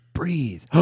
Breathe